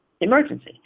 emergency